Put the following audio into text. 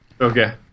Okay